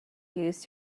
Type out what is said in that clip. used